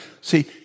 See